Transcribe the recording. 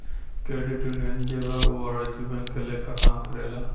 credit union जे बा उ वाणिज्यिक बैंक के लेखा काम करेला